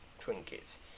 trinkets